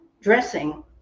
dressing